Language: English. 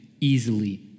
easily